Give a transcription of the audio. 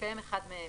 בהתקיים אחד מאלה: